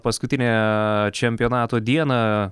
paskutinė čempionato dieną